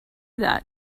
that